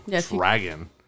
Dragon